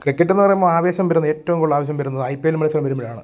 ക്രിക്കറ്റെന്ന് പറയുമ്പോൾ ആവേശം വരുന്ന ഏറ്റവും കൂടുതൽ ആവേശം വരുന്നത് ഐ പി എൽ മത്സരം വരുമ്പോഴാണ്